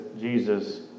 Jesus